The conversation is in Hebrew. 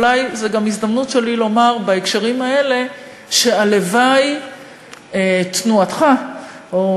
אולי זו גם ההזדמנות שלי לומר בהקשרים האלה שהלוואי שתנועתך או